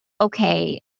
okay